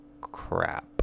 crap